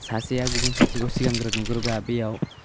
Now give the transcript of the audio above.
सासेया गुबुन सासेखौ सिगांग्रो नुग्रोब्ला बेयाव